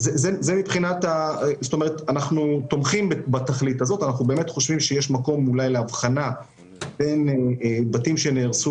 אנחנו באמת חושבים שיש מקום להבחנה בין בתים שנהרסו